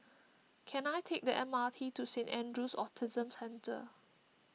can I take the M R T to Saint andrew's Autism Centre